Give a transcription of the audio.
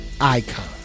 Icon